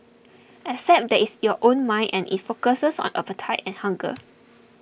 except that it's your own mind and it focuses on appetite and hunger